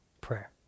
prayer